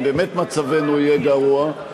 באמת מצבנו יהיה גרוע.